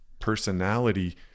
personality